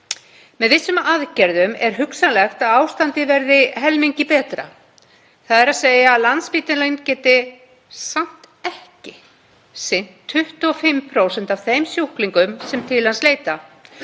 Með vissum aðgerðum er hugsanlegt að ástandið verði helmingi betra, þ.e. að Landspítalinn geti samt ekki sinnt 25% af þeim sjúklingum sem til hans leita.